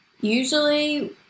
Usually